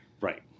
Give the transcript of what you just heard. Right